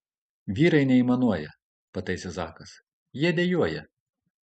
vyrai neaimanuoja pataisė zakas jie dejuoja